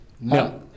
No